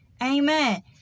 Amen